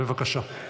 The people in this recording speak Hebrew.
בבקשה.